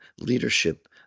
leadership